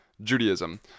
Judaism